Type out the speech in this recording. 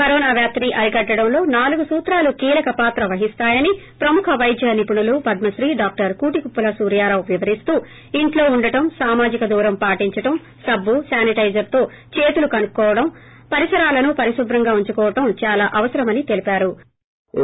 corona వ్యాప్తిని అరికట్టడంలో నాలుగు సూత్రాలు కీలక పాత్ర వహిస్తాయని ప్రముఖ వైద్య నిపుణులు పద్మశ్రీ డాక్టర్ కూటికుప్పల సూర్యారావు వివరిస్తూ ఇంట్లో వుండటం సామజిక దూరం పాటించడం సబ్బు శానిటేజర్ తో చేతులు కడుక్కోవటం పరిసరాల పరిశుభ్రంగా వుంచుకోవటం చాలా అవసరమని తెలిపారు